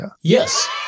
Yes